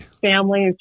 families